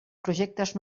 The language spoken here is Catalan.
projectes